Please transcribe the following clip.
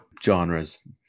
genres